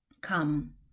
Come